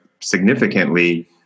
significantly